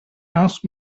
asked